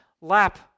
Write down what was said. lap